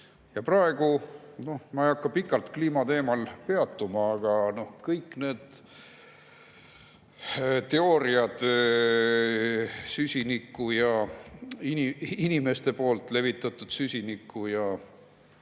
Ma praegu ei hakka pikalt kliimateemal peatuma, aga kõik need teooriad inimeste poolt [tekitatud] süsiniku ja